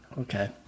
Okay